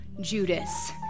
Judas